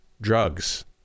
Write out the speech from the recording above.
drugs